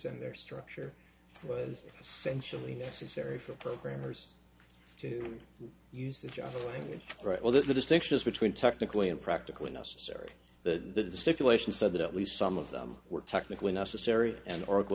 and their structure was sensually necessary for programmers to use the language right all the distinctions between technically and practically necessary the stipulation so that at least some of them were technically necessary and oracle